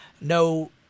no